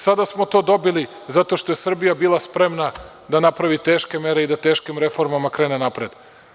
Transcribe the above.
Sada smo to dobili zato što je Srbija bila spremna da napravi teške mere i da teškim reformama krene napred.